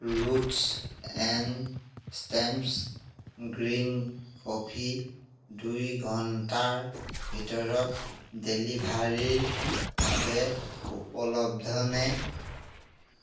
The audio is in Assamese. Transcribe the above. roots and stems green coffee দুই ঘণ্টাৰ ভিতৰত ডেলিভাৰীৰ বাবে উপলব্ধনে